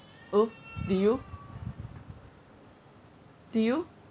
oh did you did you